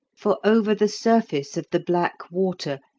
for over the surface of the black water,